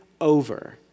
over